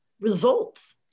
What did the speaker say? results